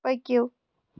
پٔکِو